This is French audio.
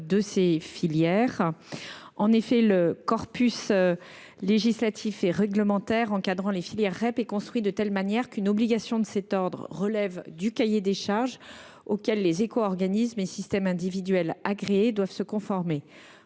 de ces filières. En effet, le corpus législatif et réglementaire encadrant les filières REP est construit de telle manière qu’une obligation de cet ordre relève du cahier des charges auquel les éco organismes et systèmes individuels agréés doivent se conformer.